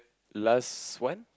last one